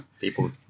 people